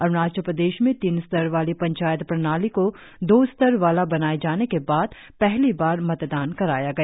अरुणाचल प्रदेश में तीन स्तर वाली पंचायत प्रणाली को दो स्तर वाला बनाए जाने के बाद पहली बार मतदान कराया गया